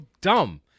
dumb